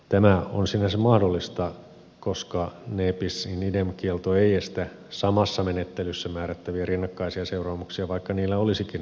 tämä on sinänsä mahdollista koska ne bis in idem kielto ei estä samassa menettelyssä määrättäviä rinnakkaisia seuraamuksia vaikka niillä olisikin rangaistuksen luonne